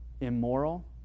immoral